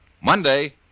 Monday